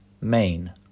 main